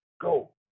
go